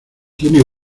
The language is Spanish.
tiene